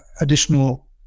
additional